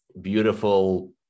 beautiful